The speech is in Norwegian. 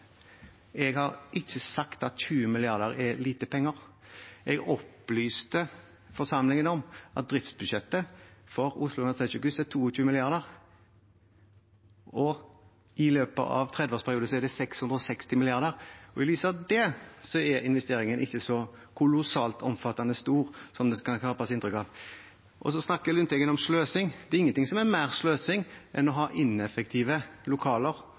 Jeg har ikke sagt at 20 mrd. kr er lite penger. Jeg opplyste forsamlingen om at driftsbudsjettet for Oslo universitetssykehus er 22 mrd. kr, og i løpet av en 30-årsperiode er det 660 mrd. kr. I lys av det er investeringen ikke så kolossalt stor og omfattende som det kan skapes inntrykk av. Så snakker Lundteigen om sløsing. Det er ingenting som er mer sløsing enn å ha ineffektive lokaler